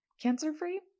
cancer-free